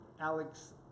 Alex